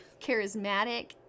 charismatic